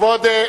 תודה רבה.